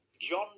john